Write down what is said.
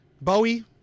Bowie